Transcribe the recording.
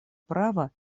права